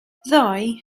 ddoe